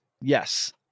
Yes